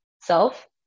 self